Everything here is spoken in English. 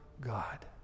God